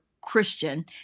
Christian